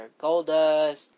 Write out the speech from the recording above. Goldust